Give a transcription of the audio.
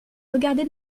regarder